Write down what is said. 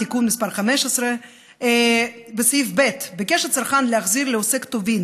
תיקון מס' 15 בסעיף ב': ביקש הצרכן להחזיר לעוסק טובין